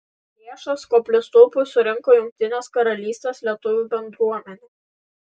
lėšas koplytstulpiui surinko jungtinės karalystės lietuvių bendruomenė